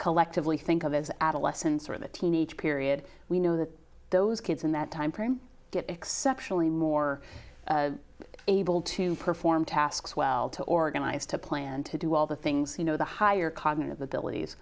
collectively think of as adolescence are the teenage period we know that those kids in that time frame get exceptionally more able to perform tasks well to organize to plan to do all the things you know the higher cognitive abilities